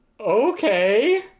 Okay